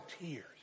tears